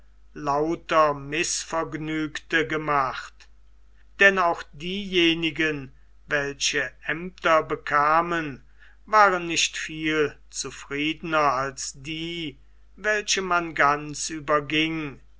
lauter mißvergnügte gemacht denn auch diejenigen welche aemter bekamen waren nicht viel zufriedener als die welche man ganz überging